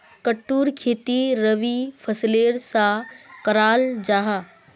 कुट्टूर खेती रबी फसलेर सा कराल जाहा